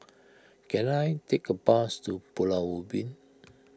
can I take a bus to Pulau Ubin